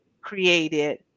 created